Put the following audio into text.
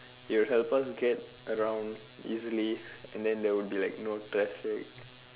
it will help us get around easily and then there will be like no traffic